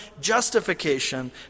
justification